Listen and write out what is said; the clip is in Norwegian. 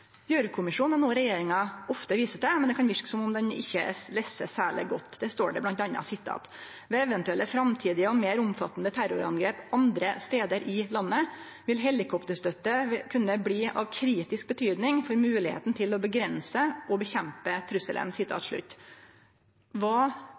regjeringa ofte viser til, men som det kan verke som om dei ikkje har lese særleg godt, står det bl.a. at ved eventuelle framtidige og meir omfattande terrorangrep andre stader i landet vil helikopterstøtte kunne bli av kritisk betydning for moglegheita til å avgrense og nedkjempe trusselen.